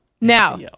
Now